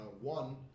One